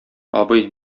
абый